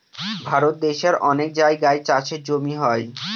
ভারত দেশের অনেক জায়গায় চাষের জমি হয়